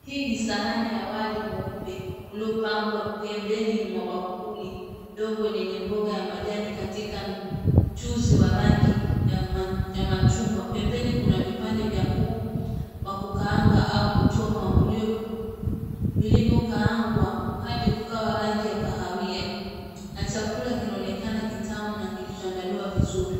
Hii ni sahani ya wali mweupe uliopangwa pembeni mwa bakuli dogo lenye mboga ya majani katika mchuzi wa rangi ya machugwa. Pembeni kuna vipande vya kuku wa kukaanga au kuchomwa vilivyokaangwa hadi ukawa rangi ya kahawia na chakula kinaonekana kitamu na kilichoandaliwa vizuri.